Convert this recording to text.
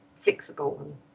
flexible